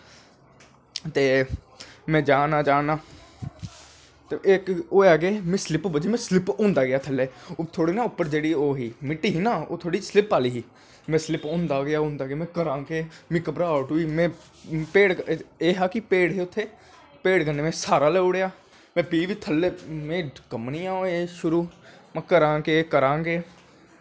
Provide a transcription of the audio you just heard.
ते में जा ना जा ना ते इक होआ कि मिगी स्लिप बज्जी में स्लिप होंदा गेआ थल्लै थोह्ड़ी जेह्ड़ी मिट्टी ना ओह् स्लिप आह्ली ही में स्लिप होंदा गेआ होंदा गेआ में करां केह् में घवराह्ट होई में केह् होआ के पेड़ हे उत्थें पेड़ कन्नै में स्हारा लाई ओड़ेआ में फ्ही बी थल्लै में कम्मनीं आवै शुरु फ्ही बी में करां केह् करां केह्